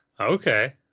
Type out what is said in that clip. okay